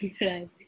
Right